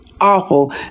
awful